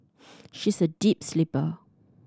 she is a deep sleeper